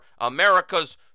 America's